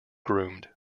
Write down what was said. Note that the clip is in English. groomed